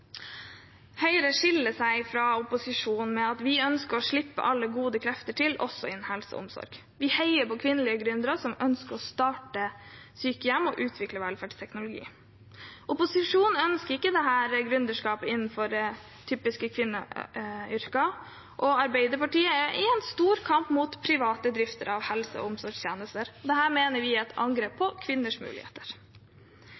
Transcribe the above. Høyre skiller seg fra opposisjonen ved at vi ønsker å slippe alle gode krefter til også innen helse og omsorg. Vi heier på kvinnelige gründere som ønsker å starte sykehjem og utvikle velferdsteknologi. Opposisjonen ønsker ikke dette gründerskapet innenfor typiske kvinneyrker, og Arbeiderpartiet er i en stor kamp mot private driftere av helse- og omsorgstjenester. Dette mener vi er et angrep på